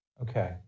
okay